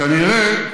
כנראה,